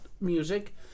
music